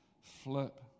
Flip